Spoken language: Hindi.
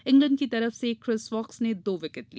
इंग्लैंड की तरफ से क्रिस वोक्स ने दो विकेट लिए